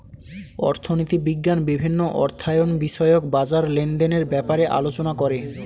অর্থনীতি বিজ্ঞান বিভিন্ন অর্থায়ন বিষয়ক বাজার লেনদেনের ব্যাপারে আলোচনা করে